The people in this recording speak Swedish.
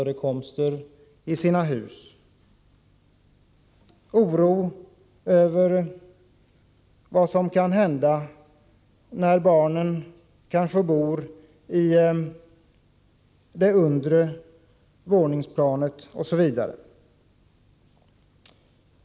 De hyser kanske oro över vad som kan hända när barnen bor i det undre planet av huset, osv.